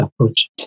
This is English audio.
approach